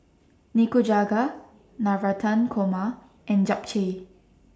Nikujaga Navratan Korma and Japchae